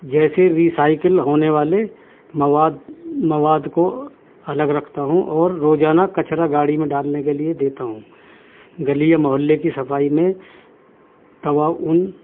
جیسے recycle ہونے والے مواد مواد کو الگ رکھتا ہوں اور روزانہ کچرا گاڑی میں ڈالنے کے لیے دیتا ہوں گلی یا محلے کی صفائی میں تعاون